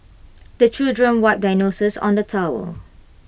the children wipe their noses on the towel